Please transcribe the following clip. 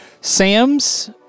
Sam's